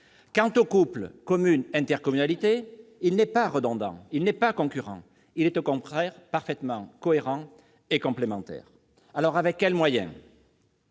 Quant au couple commune-intercommunalité, il n'est pas redondant, il n'est pas concurrent, il est au contraire parfaitement cohérent et complémentaire. Alors, avec quels moyens